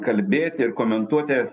kalbėti ir komentuoti